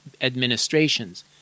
administrations